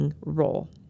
role